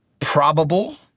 probable